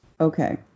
Okay